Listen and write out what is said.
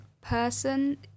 person